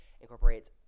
incorporates